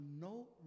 no